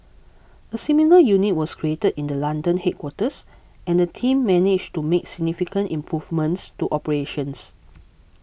a similar unit was created in the London headquarters and the team managed to make significant improvements to operations